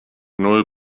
null